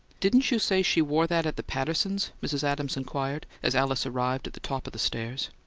didn't you say she wore that at the pattersons'? mrs. adams inquired, as alice arrived at the top of the stairs.